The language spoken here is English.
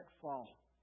fall